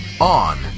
on